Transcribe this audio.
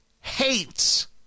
hates